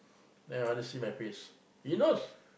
then my father see my face he knows